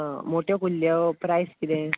मोठ्यो कुल्ल्यो प्रायस कितें